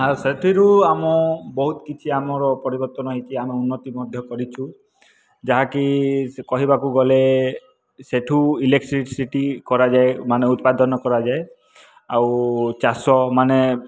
ଆଉ ସେଥିରୁ ଆମ ବହୁତ କିଛି ଆମର ପରିବର୍ତ୍ତନ ହେଇଛି ଆମେ ଉନ୍ନତି ମଧ୍ୟ କରିଛୁ ଯାହାକି ସେ କହିବାକୁ ଗଲେ ସେଠୁ ଇଲେକ୍ଟ୍ରିସିଟି କରାଯାଏ ମାନେ ଉତ୍ପାଦନ କରାଯାଏ ଆଉ ଚାଷ ମାନେ